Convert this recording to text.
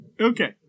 Okay